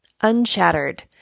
Unshattered